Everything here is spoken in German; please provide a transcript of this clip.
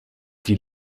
die